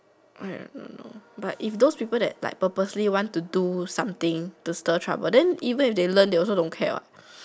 I don't know but if those people that like purposely want to do something to stir trouble then even if they learn they also don't care what